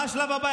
מה השלב הבא?